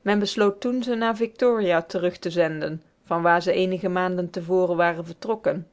men besloot toen ze naar victoria terug te zenden van waar ze eenige maanden te voren waren vertrokken